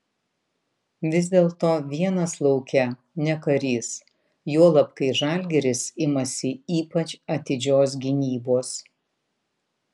vis dėlto vienas lauke ne karys juolab kai žalgiris imasi ypač atidžios gynybos